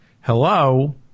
hello